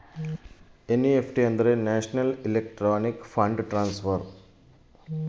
NEFT ಅಂದ್ರೆನು?